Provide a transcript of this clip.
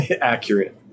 accurate